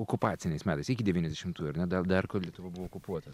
okupaciniais metais iki devyniasdešimtųjų ar ne dar kol lietuva buvo okupuota